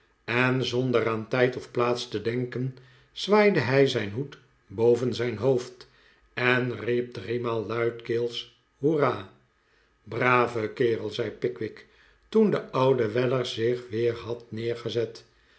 en zonder aan tijd of plaats te denken zwaaide hij zijn hoed boven zijn hoofd en riep driemaal luidkeels hoera brave kerel zei pickwick to en de oude weller zich weer had neergezet